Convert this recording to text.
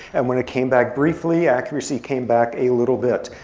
and when it came back briefly, accuracy came back a little bit.